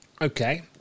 Okay